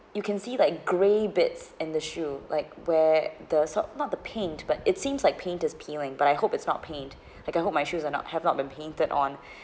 you can see like grey bits in the shoe like where the sort not the paint but it seems like paint is peeling but I hope it's not paint like I hope my shoes are not have not been painted on